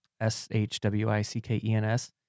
S-H-W-I-C-K-E-N-S